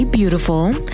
Beautiful